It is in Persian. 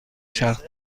چرخ